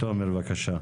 תומר, בבקשה.